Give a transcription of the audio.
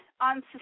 on